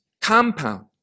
compound